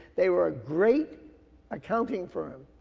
they were a great accounting firm.